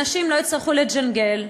הנשים לא יצטרכו לג'נגל,